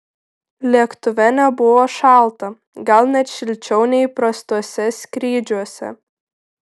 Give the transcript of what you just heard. lėktuve nebuvo šalta gal net šilčiau nei įprastuose skrydžiuose